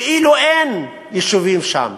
כאילו אין יישובים שם.